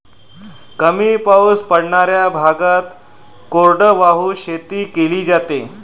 कमी पाऊस पडणाऱ्या भागात कोरडवाहू शेती केली जाते